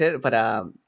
para